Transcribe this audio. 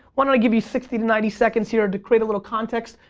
why don't i give you sixty to ninety seconds here to create a little context,